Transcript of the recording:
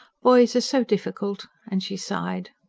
boys are so difficult, and she sighed.